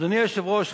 אדוני היושב-ראש,